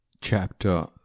Chapter